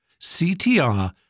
CTR